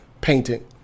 painting